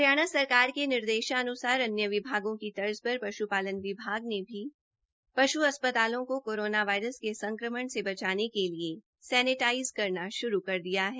हरियाणा सरकार के निर्देश अनुसार अन्य विभागों की तर्ज पर पशुपालन विभाग ने भी पशु अस्पतालों को कोरोना वायरस के संक्रमण से बचाने के लिए सैनेटाईज करना शुरू कर दिया है